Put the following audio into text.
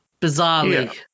bizarrely